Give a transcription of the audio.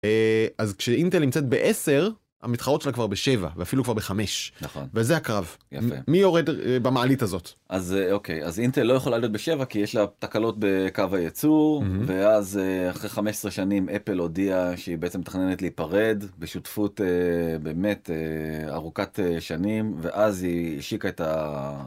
אז כשאינטל נמצאת ב-10, המתחרות שלה כבר ב-7, ואפילו כבר ב-5. נכון. וזה הקרב, מי יורד במעלית הזאת. אז, אוקיי, אז אינטל לא יכולה להיות ב-7 כי יש לה תקלות בקו היצור, ואז אחרי 15 שנים אפל הודיעה שהיא בעצם מתכננת להיפרד בשותפות באמת ארוכת שנים ואז היא השיקה את ה...